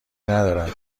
ندارد